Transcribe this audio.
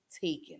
taken